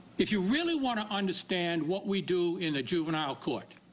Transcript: if you really want to understand what we do in the juvenile court,